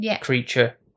creature